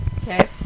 Okay